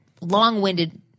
long-winded